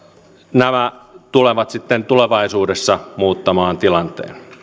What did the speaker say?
nämä tulevat sitten tulevaisuudessa muuttamaan tilanteen